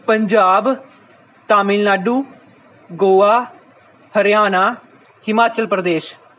Punjab Tamil Nadu Goa Haryana Himachal Pradesh